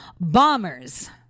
bombers